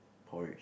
porridge